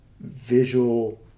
visual